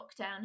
lockdown